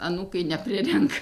anūkai neprirenka